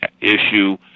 issue